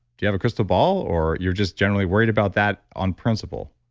you have a crystal ball or you're just generally worried about that on principle?